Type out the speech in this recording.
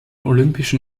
olympischen